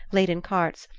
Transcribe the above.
laden carts,